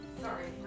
sorry